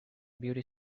beauty